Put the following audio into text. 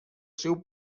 seu